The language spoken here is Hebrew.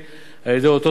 על-ידי אותו תאגיד,